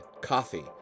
Coffee